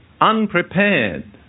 unprepared